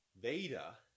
Veda